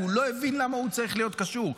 והוא לא הבין למה הוא צריך להיות קשור.